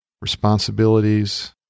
responsibilities